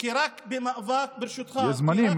כי רק במאבק, יש זמנים.